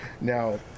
Now